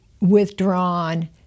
withdrawn